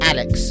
Alex